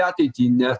ateitį ne